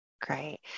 Great